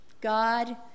God